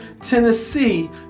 Tennessee